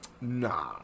Nah